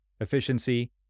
efficiency